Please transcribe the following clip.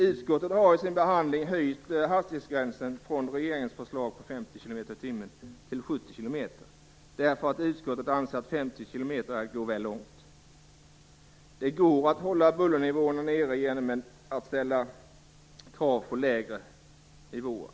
Utskottet har vid sin behandling höjt hastighetsgränsen i regeringens förslag, 50 kilometer i timmen, till 70 kilometer i timmen. Utskottet anser nämligen att en gräns vid 50 kilometer vore att gå väl långt. Det går att hålla bullernivån nere genom att ställa krav på lägre nivåer.